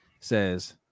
says